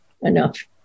enough